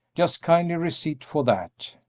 just kindly receipt for that.